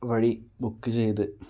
വഴി ബുക്ക് ചെയ്ത്